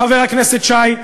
חבר הכנסת שי,